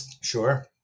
sure